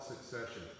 succession